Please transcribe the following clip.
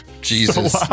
Jesus